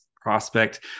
prospect